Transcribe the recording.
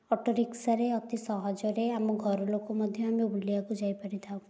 ଅଟୋରିକ୍ସାରେ ଅତି ସହଜରେ ଆମ ଘରଲୋକ ମଧ୍ୟ ଆମେ ବୁଲିବାକୁ ଯାଇପାରିଥାଉ